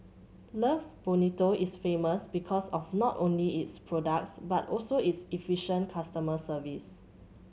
love Bonito is famous because of not only its products but also its efficient customer service